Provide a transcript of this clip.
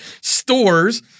stores